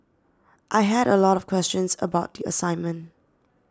I had a lot of questions about the assignment